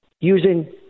using